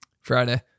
Friday